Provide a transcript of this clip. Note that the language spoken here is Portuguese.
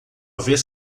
vez